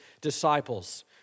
disciples